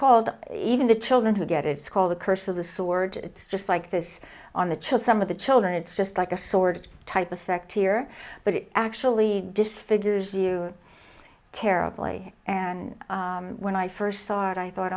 called even the children who get it it's called the curse of the sword it's just like this on the child some of the children it's just like a sword type effect here but it actually disfigures you terribly and when i first saw it i thought